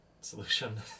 solution